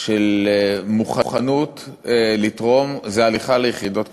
של מוכנות לתרום זה הליכה ליחידות קרביות.